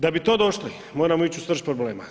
Da bi to došli moramo ići u srž problema.